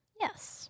Yes